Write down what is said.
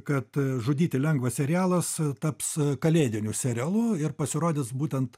kad žudyti lengva serialas taps kalėdiniu serialu ir pasirodys būtent